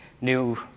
new